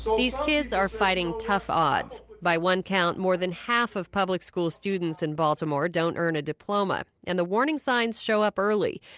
these kids are fighting tough odds. by one count, more than half of public school students in baltimore don't earn a diploma. and the warning signs show up early.